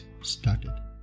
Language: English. started